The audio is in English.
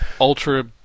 ultra